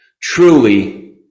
Truly